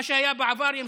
מה שהיה בעבר ימשיך,